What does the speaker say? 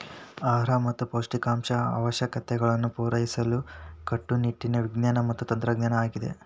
ಆಹಾರ ಮತ್ತ ಪೌಷ್ಟಿಕಾಂಶದ ಅವಶ್ಯಕತೆಗಳನ್ನು ಪೂರೈಸಲು ಕಟ್ಟುನಿಟ್ಟಿನ ವಿಜ್ಞಾನ ಮತ್ತ ತಂತ್ರಜ್ಞಾನ ಆಗಿದೆ